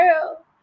girl